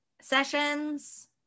sessions